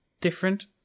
different